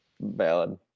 Valid